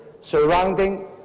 surrounding